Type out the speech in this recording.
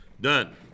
Done